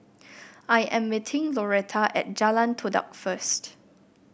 I am meeting Loretta at Jalan Todak first